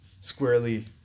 squarely